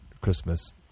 Christmas